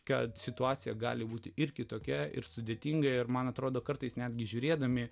kad situacija gali būti ir kitokia ir sudėtinga ir man atrodo kartais netgi žiūrėdami